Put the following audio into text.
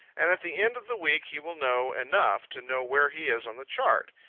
and at the end of the week he will know enough to know where he is on the chart.